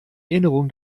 erinnerung